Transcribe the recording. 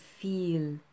feel